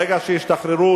ברגע שישתחררו,